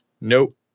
Nope